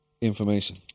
Information